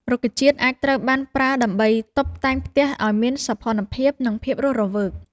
រុក្ខជាតិអាចត្រូវបានប្រើដើម្បីតុបតែងផ្ទះឲ្យមានសោភ័ណភាព និងភាពរស់រវើក។